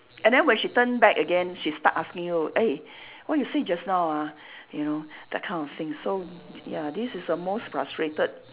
and then when she turn back again she start asking you eh what you say just now ah you know that kind of thing so ya this is the most frustrated